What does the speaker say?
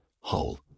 whole